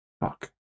Fuck